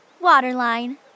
waterline